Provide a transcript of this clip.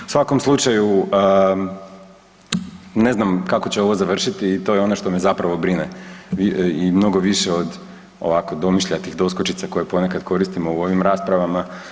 U svakom slučaju, ne znam kako će ovo završiti, to je ono što me zapravo brine, i mnogo više od ovako domišljatih doskočica koje ponekad koristimo u ovim raspravama.